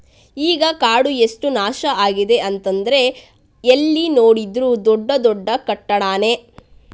ಈಗ ಕಾಡು ಎಷ್ಟು ನಾಶ ಆಗಿದೆ ಅಂತಂದ್ರೆ ಎಲ್ಲಿ ನೋಡಿದ್ರೂ ದೊಡ್ಡ ದೊಡ್ಡ ಕಟ್ಟಡಾನೇ